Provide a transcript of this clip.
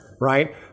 Right